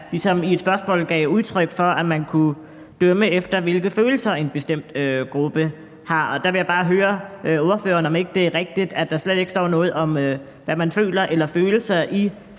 og som i et spørgsmål ligesom gav udtryk for, at man kunne dømme efter, hvilke følelser en bestemt gruppe har, og der vil jeg bare høre ordføreren, om ikke det er rigtigt, at der slet ikke står noget om, hvad man føler eller om følelser i